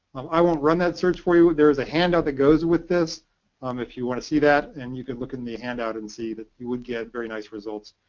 i won't run that search for you. there's a handout that goes with this um if you want to see that, and you could look in the handout and see you would get very nice results.